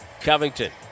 Covington